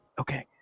Okay